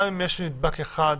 גם אם יש לי נדבק אחד,